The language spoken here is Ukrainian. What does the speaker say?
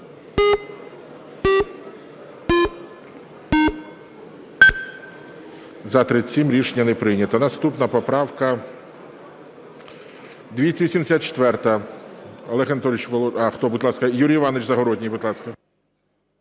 За-37 Рішення не прийнято. Наступна поправка